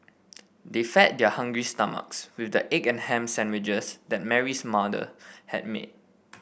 they fed their hungry stomachs with the egg and ham sandwiches that Mary's mother had made